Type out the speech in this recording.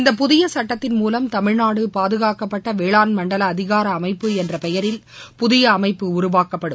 இந்த புதிய சுட்டத்தின் மூலம் தமிழ்நாடு பாதுணக்கப்பட்ட வேளாண் மண்டல அதிகார அமைப்பு என்ற பெயரில் புதிய அமைப்பு உருவாக்கப்படும்